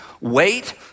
wait